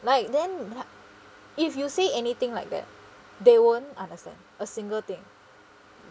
like then 你看 if you say anything like that they won't understand a single thing